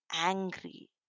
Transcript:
angry